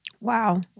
Wow